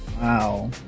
Wow